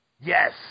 yes